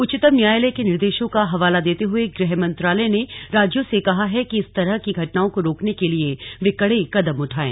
उच्चतम न्यायालय के निर्देशों का हवाला देते हुए गृह मंत्रालय ने राज्यों से कहा है कि इस तरह की घटनाओं को रोकने के लिए वे कड़े कदम उठायें